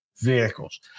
vehicles